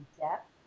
depth